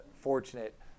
fortunate